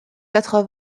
quatre